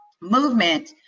movement